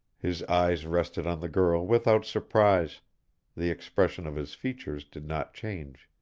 his eyes rested on the girl without surprise the expression of his features did not change.